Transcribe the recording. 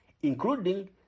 including